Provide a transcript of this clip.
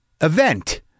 event